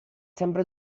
sempre